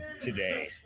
today